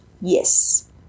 Yes